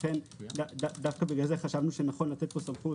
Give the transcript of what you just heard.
לכן חשבנו שנכון לתת פה סמכות